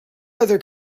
other